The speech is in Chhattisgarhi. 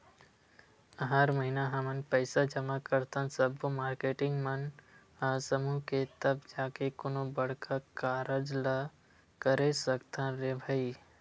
हर महिना हमन पइसा जमा करथन सब्बो मारकेटिंग मन ह समूह के तब जाके कोनो बड़का कारज ल करे सकथन रे भई